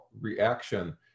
reaction